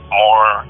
more